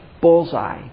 bullseye